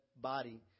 body